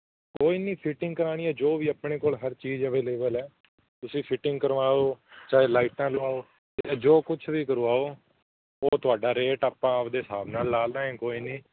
ਕੋਈ ਨਹੀਂ ਫੀਟਿੰਗ ਕਰਾਉਣੀ ਆ ਜੋ ਵੀ ਆਪਣੇ ਕੋਲ ਹਰ ਚੀਜ਼ ਅਵੇਲੇਬਲ ਹੈ ਤੁਸੀਂ ਫਿਟਿੰਗ ਕਰਵਾਓ ਚਾਹੇ ਲਾਈਟਾਂ ਲਵਾਓ ਚਾਹੇ ਜੋ ਕੁਛ ਵੀ ਕਰਵਾਓ ਉਹ ਤੁਹਾਡਾ ਰੇਟ ਆਪਾਂ ਆਪਦੇ ਹਿਸਾਬ ਨਾਲ ਲਾ ਲੇ ਕੋਈ ਨਹੀਂ